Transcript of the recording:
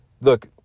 Look